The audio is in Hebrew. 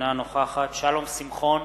אינה נוכחת שלום שמחון,